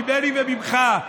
ממני וממך.